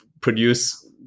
produce